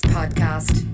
Podcast